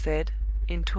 she said,